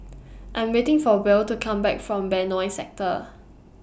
I'm waiting For Buell to Come Back from Benoi Sector